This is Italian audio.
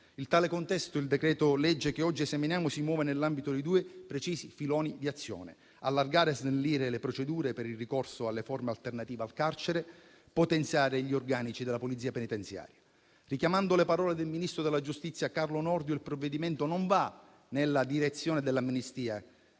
In tale contesto, il decreto-legge che oggi esaminiamo si muove nell'ambito di due precisi filoni di azione: allargare e snellire le procedure per il ricorso alle forme alternative al carcere; potenziare gli organici della Polizia penitenziaria. Richiamando le parole del ministro della giustizia, Carlo Nordio, il provvedimento non va nella direzione dell'amnistia, che